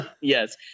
yes